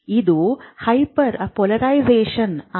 ಇದು ಹೈಪರ್ಪೋಲರೈಸೇಶನ್ ಆಗಿದೆ